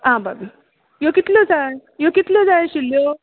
आं भाभी ह्यो कितल्यो जाय ह्यो कितल्यो जाय आशिल्ल्यो